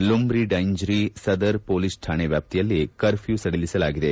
ಲುಂಬಿಡೈಂಜ್ರಿ Sadar police ಠಾಣೆ ವ್ಯಾಪ್ತಿಯಲ್ಲಿ curfew ಸಡಿಲಿಸಲಾಗಿದೆ